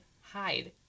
hide